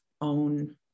own